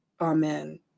Amen